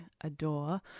adore